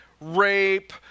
rape